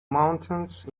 mountains